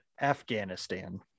Afghanistan